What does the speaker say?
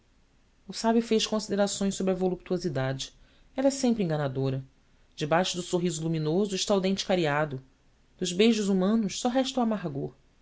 sábio fez considerações sobre a voluptuosidade ela é sempre enganadora debaixo do sorriso luminoso está o dente cariado dos beijos humanos só resta o amargor